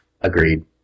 agreed